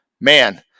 man